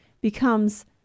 becomes